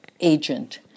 agent